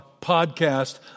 podcast